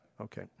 Okay